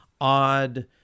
odd